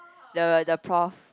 the the prof